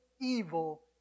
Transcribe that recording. evil